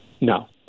No